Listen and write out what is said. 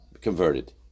converted